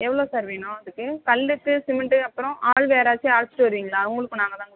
எவ்வளோ சார் வேணும் அதுக்கு கல்லுக்கு சிமெண்டு அப்புறம் ஆள் வேறு வச்சு அழைச்சிட்டு வருவீங்களா அவர்களுக்கும் நாங்கள் தான் கொடுக்கணுமா